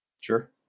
sure